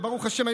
וברוך השם,